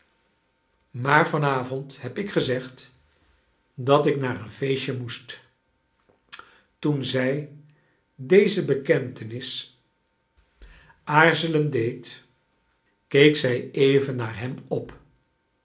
maar van avond heb ik gezegd dat ik naar een feestje moest toen zij deze bekentenis aarzekleine dorrit lend deed keek zij even naar hem op